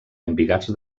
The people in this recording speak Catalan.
embigats